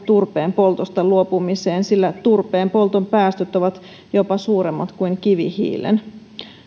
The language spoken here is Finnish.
turpeen poltosta luopumiseen sillä turpeen polton päästöt ovat jopa suuremmat kuin kivihiilen